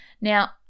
Now